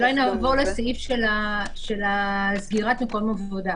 אז אולי נעבור לסעיף של סגירת מקום העבודה.